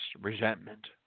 resentment